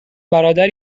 برادر